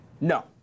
No